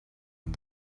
and